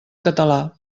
català